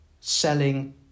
selling